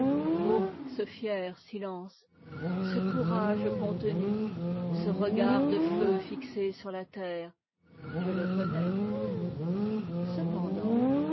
ce fier silence ce courage contenu ce regard de feu gxé sur la terre je le connais cependant